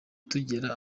tugera